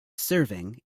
serving